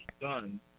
done